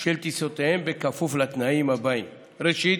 של טיסותיהם, בכפוף לתנאים הבאים: ראשית,